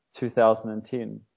2010